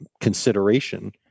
consideration